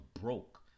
broke